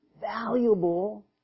valuable